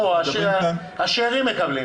השארים מקבלים?